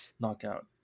knockout